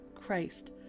Christ